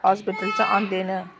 hospital च आंदे न